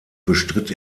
bestritt